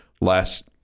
last